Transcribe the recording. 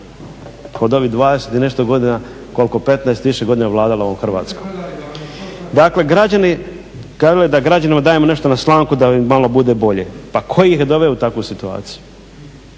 od ovih 20 i nešto godina, 15 i više godina vladala ovom Hrvatskom. … /Upadica se ne razumije./ … Kažete da građanima dajemo nešto na slamku da im malo bude bolje. Pa tko ih je doveo u takvu situaciju?